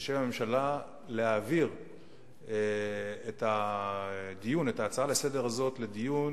בשם הממשלה, להעביר את ההצעה הזאת לדיון